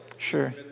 Sure